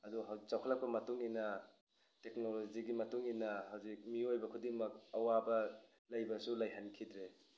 ꯑꯗꯨ ꯆꯥꯎꯈꯠꯂꯛꯄꯒꯤ ꯃꯇꯨꯡꯏꯟꯅ ꯇꯦꯛꯅꯣꯂꯣꯖꯤꯒꯤ ꯃꯇꯨꯡꯏꯟꯅ ꯍꯧꯖꯤꯛ ꯃꯤꯑꯣꯏꯕ ꯈꯨꯗꯤꯡꯃꯛ ꯑꯋꯥꯕ ꯂꯩꯕꯁꯨ ꯂꯩꯍꯟꯈꯤꯗ꯭ꯔꯦ